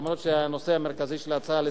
למרות שהנושא המרכזי של ההצעה לסדר-היום,